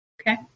Okay